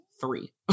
three